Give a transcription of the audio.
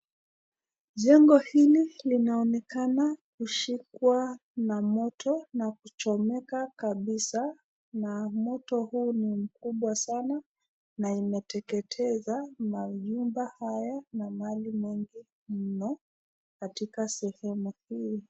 Jengo hili linaonekana kushikwa na moto na kuchomeka kabisa na moto huu ni mkubwa sana na imeteketeza manyumba haya na mali mengi mno katika sehemu hio.